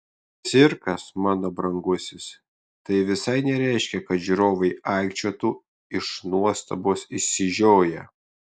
cirkas mano brangusis tai visai nereiškia kad žiūrovai aikčiotų iš nuostabos išsižioję